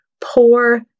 poor